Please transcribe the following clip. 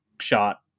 shot